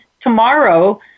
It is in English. tomorrow